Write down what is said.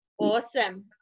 Awesome